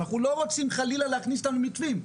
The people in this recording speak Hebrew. אנחנו לא רוצים חלילה להכניס אותם למתווים,